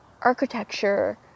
architecture